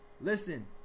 listen